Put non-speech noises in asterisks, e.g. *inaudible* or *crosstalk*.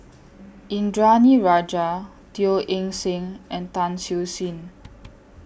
Indranee Rajah Teo Eng Seng and Tan Siew Sin *noise*